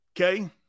Okay